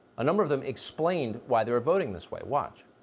a number of them explain why they were voting this way. watch.